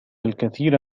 الكثير